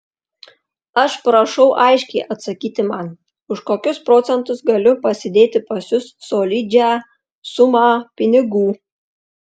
aš prašau aiškiai atsakyti man už kokius procentus galiu pasidėti pas jus solidžią sumą pinigų